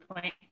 point